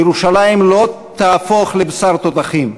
ירושלים לא תהפוך לבשר תותחים,